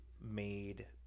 made